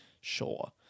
Sure